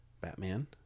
Batman